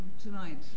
tonight